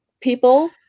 people